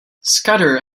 scudder